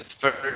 first